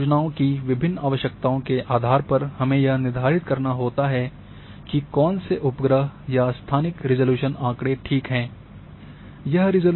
विभिन्न परियोजनाओं की विभिन्न आवश्यकताओं के आधार पर हमें यह निर्धारित करना होता है कि कौन से उपग्रह या स्थानिक रिज़ॉल्यूशन आकड़े ठीक हैं